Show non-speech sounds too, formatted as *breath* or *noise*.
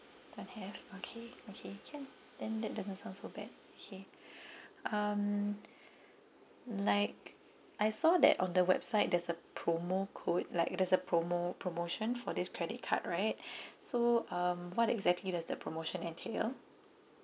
don't have okay okay can then that doesn't sound so bad okay *breath* um like I saw that on the website there's a promo code like there's a promo promotion for this credit card right *breath* so um what exactly does the promotion entail